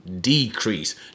decrease